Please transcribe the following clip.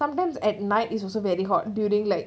sometimes at night is also very hot during like